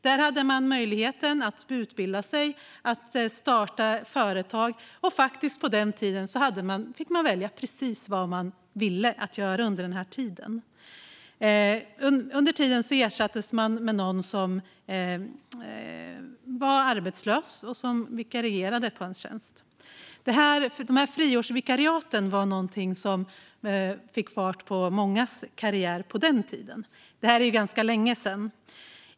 Där hade man möjligheten att utbilda sig eller starta företag, och på den tiden fick man faktiskt välja att göra precis vad man ville. Under tiden ersattes man av någon som var arbetslös och vikarierade på ens tjänst. Friårsvikariaten var något som fick fart på mångas karriär på den tiden, men det är ganska länge sedan.